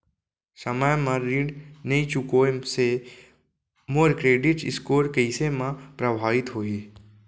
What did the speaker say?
समय म ऋण नई चुकोय से मोर क्रेडिट स्कोर कइसे म प्रभावित होही?